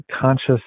conscious